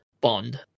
Bond